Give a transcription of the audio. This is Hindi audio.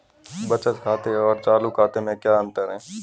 बचत खाते और चालू खाते में क्या अंतर है?